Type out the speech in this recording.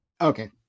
Okay